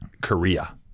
Korea